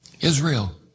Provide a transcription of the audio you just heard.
Israel